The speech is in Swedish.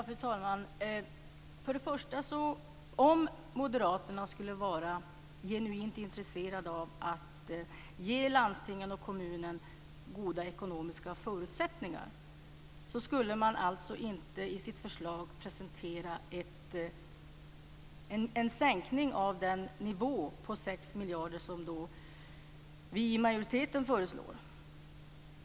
Fru talman! För det första: Om moderaterna skulle vara genuint intresserade av att ge landstingen och kommunerna goda ekonomiska förutsättningar så skulle de i sitt förslag inte presentera en sänkning av den nivå på 6 miljarder som vi i majoriteten föreslår.